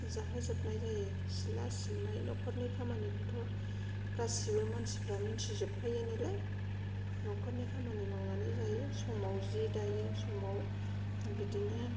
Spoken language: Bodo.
जाहो जोबनाय जायो सिथला सिबनाय नखरनि खामानिखौथ' गासिबो मानसिफोरा मिन्थिजोबखायो नालाय नखरनि खामानि मावनानै जायो समाव जि दायो समाव बिदिनो